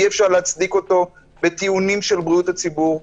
אי-אפשר להצדיק אותו בטיעונים של בריאות הציבור.